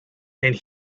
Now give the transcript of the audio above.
and